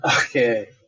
Okay